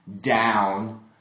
down